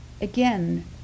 again